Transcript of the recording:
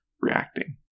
reacting